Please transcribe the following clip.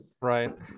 Right